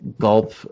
Gulp